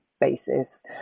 basis